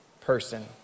person